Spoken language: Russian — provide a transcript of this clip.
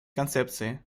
концепции